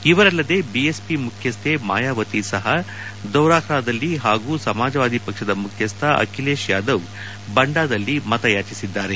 ಇವರಲ್ಲದೆ BSP ಮುಖ್ಯಸ್ನೆ ಮಯಾವತಿ ಸಹ ದೌರಾಹ್ರಾದಲ್ಲಿ ಹಾಗೂ ಸಮಾಜವಾದಿ ಪಕ್ಷದ ಮುಖ್ಯಸ್ನ ಅಖಿಲೇಶ್ ಯಾದವ್ ಬಂಡಾದಲ್ಲಿ ಚುನಾವಣಾ ಬಿರುಸಿನ ಮತಯಾಚಿಸಿದ್ದಾರೆ